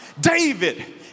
David